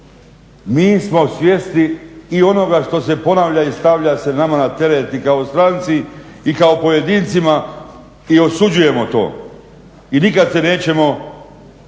Mi smo svjesni i onoga što se ponavlja i stavlja se nama na teret i kao stranci i kao pojedincima i osuđujemo to i nikad se nećemo posramiti